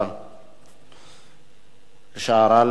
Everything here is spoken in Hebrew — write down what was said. בבקשה, גאלב.